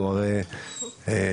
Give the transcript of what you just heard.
אנחנו הרי שותפים,